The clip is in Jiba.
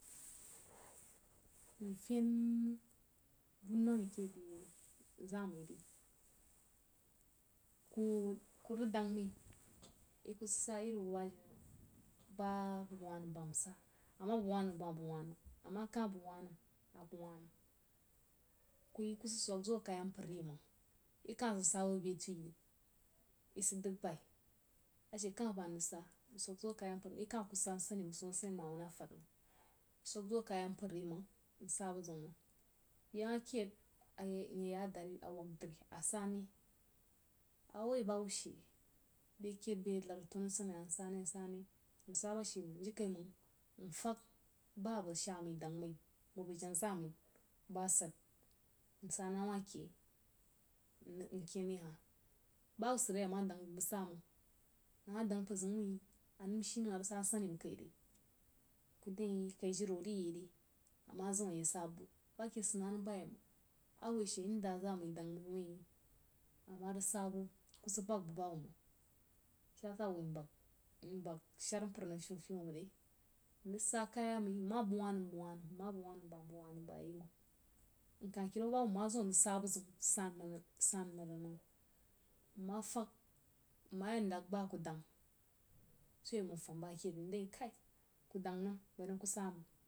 mfein noi ke beh zamai ri, ku rig dəng mai yi ku sid sa ba jenna-jenna ba bəg wa nəm bəm rig sa, ama bəg wah nəm bam abəg wah nəm bəm, a ma bəg wah nəm abəg wah nəm kuyi ī ku sid sok zuoh a kaya mpər ǹ məng yi ka sid sa bəg beh tiu yi i sid dəg baí ashe kati ba nrig sa, nsok zuoh a kaya mpər, yi kah ku sa nsani məng so nsani sai ma manə fəd məng, ku sok zuoh a kaya mpər ri məng mau sa bu ziu məng beh ma ked nye ya dad a wog di asane a woi bahubba she be ked bəg ya nəd tannu nsane sane nsa ba she məng jirikaiməng nfəg ba bəg sha mai dəng mai bu bəg jenna za mai ba sid nsa na wa keh nken reha bahubba sid re yai ama dəng bəg-bəg sa məng a ma dəng mpər zain wuin anəm shi nəm ang sa nsani bəg kai re ku dəng yi kui jin wuh riyei re ama zim aye sa buwu, a woi she inda a zaa mai dəng mai ama rig sa bu ku sid bəg bu bahubba məng shi ya sa mbag shar mpər nəm fyeg-fyag məng re, nrig sa ka ya mai nma bəg wah nəm bam nbəg wah nəm bam nka kinau bahubba nma zim nrig sa buziu san məng rig nəm, nmafəg, nmayinəd ba ku dəng so a woi məng npəm bn ke ri ndəng yi kai ku dəng nam bari nku saməng.